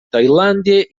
tailàndia